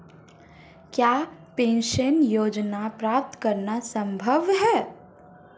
क्या पेंशन योजना प्राप्त करना संभव है?